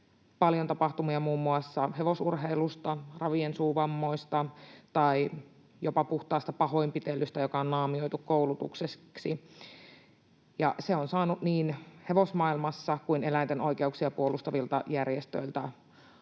paljon tapahtumista muun muassa hevosurheilussa, ravien suuvammoista tai jopa puhtaasta pahoinpitelystä, joka on naamioitu koulutukseksi. Se on saanut niin hevosmaailmasta kuin eläinten oikeuksia puolustavilta järjestöiltä